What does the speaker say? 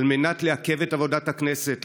על מנת לעכב את עבודת הכנסת,